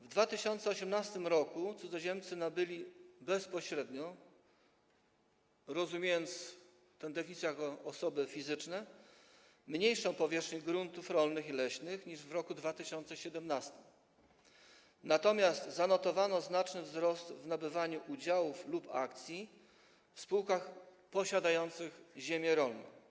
W 2018 r. cudzoziemcy nabyli bezpośrednio, tj. jako osoby fizyczne, mniejszą powierzchnię gruntów rolnych i leśnych niż w roku 2017, natomiast zanotowano znaczny wzrost w nabywaniu udziałów lub akcji w spółkach posiadających ziemię rolną.